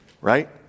right